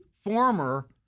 former